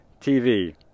TV